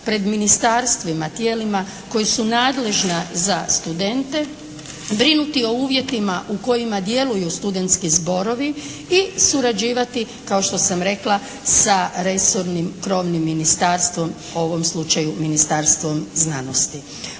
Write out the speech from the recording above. pred ministarstvima, tijelima koja su nadležna za studente, brinuti o uvjetima u kojima djeluju studentski zborovi i surađivati kao što sam rekla sa resornim krovnim ministarstvom – u ovom slučaju Ministarstvom znanosti.